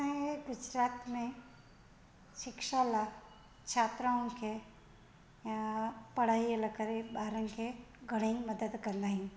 असांजे गुजरात में शिक्षा लाइ छात्राउनि खे या पढ़ाई करे ॿारनि खे घणेई मदद कंदा आहिनि